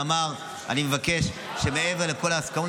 ואמר: אני מבקש שמעבר לכל ההסכמות,